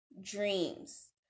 dreams